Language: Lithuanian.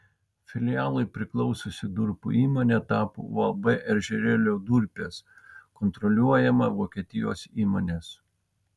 filialui priklausiusi durpių įmonė tapo uab ežerėlio durpės kontroliuojama vokietijos įmonės